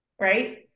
right